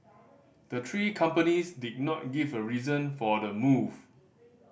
the three companies did not give a reason for the move